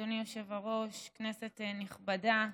אדוני היושב-ראש, כנסת נכבדה,